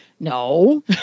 No